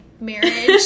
marriage